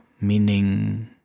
meaning